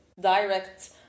direct